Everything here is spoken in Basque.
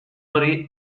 hori